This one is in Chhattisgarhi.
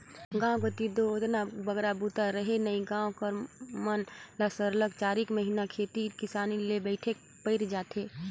गाँव कती दो ओतना बगरा बूता रहें नई गाँव कर मन ल सरलग चारिक महिना खेती किसानी ले पइठेक पइर जाथे